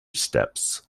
steps